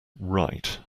right